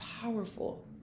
powerful